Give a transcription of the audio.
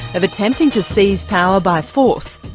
of attempting to seize power by force.